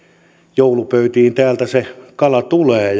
joulupöytiin täältä se kala tulee